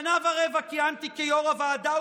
שנה ורבע כיהנתי כיו"ר הוועדה,